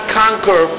conquer